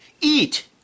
eat